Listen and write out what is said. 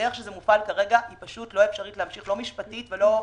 והדרך שזה מופעל כרגע לא אפשרית לא משפטית ולא תקציבית,